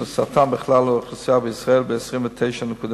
של סרטן בכלל לאוכלוסייה בישראל ב-29.9%;